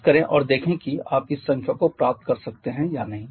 कोशिश करें और देखें कि आप इस संख्या को प्राप्त कर सकते हैं या नहीं